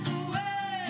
away